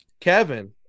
Kevin